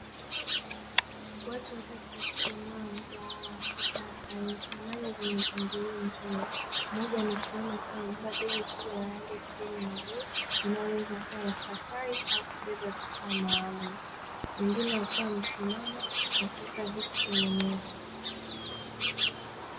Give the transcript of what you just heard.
Watu watatu katika eneo la mgahawa wa kisasa yenye samani zenye mpangilio mzuri, mmoja amesimama akiwa amebeba begi kubwa la rangi ya kijani na bluu, linaloweza kuwa la safari au la kubeba vifaa maalumu, wengine wakiwa amesimama wakiweka vitu kwenye meza.